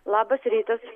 labas rytas